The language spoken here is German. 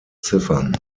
ziffern